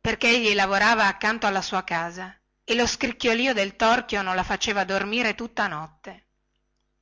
perchè egli lavorava accanto alla sua casa e lo scricchiolio del torchio non la faceva dormire tutta notte